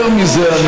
יותר מזה,